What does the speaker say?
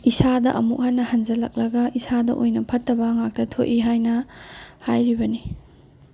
ꯏꯁꯥꯗ ꯑꯃꯨꯛ ꯍꯟꯅ ꯍꯟꯖꯤꯟꯂꯛꯂꯒ ꯏꯁꯥꯗ ꯑꯣꯏꯅ ꯐꯠꯇꯕ ꯉꯥꯛꯇ ꯊꯣꯛꯏ ꯍꯥꯏꯅ ꯍꯥꯏꯔꯤꯕꯅꯤ